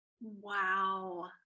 Wow